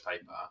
paper